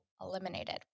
eliminated